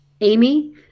Amy